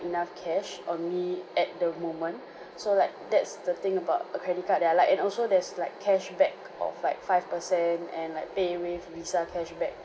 enough cash on me at the moment so like that's the thing about a credit card that I like and also there's like cashback of like five per cent and like paywave visa cashback